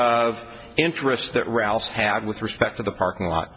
of interest that ralph had with respect to the parking lot